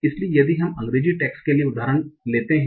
इसलिए यदि हम अंग्रेजी टेक्स्ट के लिए उदाहरण लेते हैं